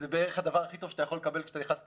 זה בערך הדבר הכי טוב שאתה יכול לקבל כשאתה נכנס לתפקיד,